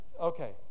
Okay